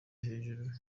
hejuru